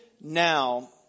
now